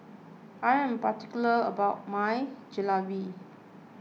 I am particular about my Jalebi